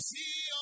see